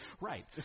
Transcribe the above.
Right